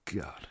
God